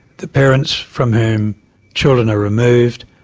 the parents from whom children are removed,